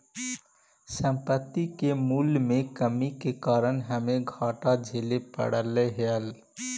संपत्ति के मूल्यों में कमी के कारण हमे घाटा झेले पड़लइ हल